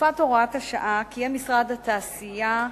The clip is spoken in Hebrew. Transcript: בתקופת הוראת השעה קיים משרד התעשייה,